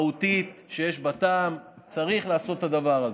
מהותית, שיש בה טעם, צריך לעשות את הדבר הזה.